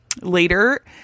later